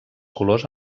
colors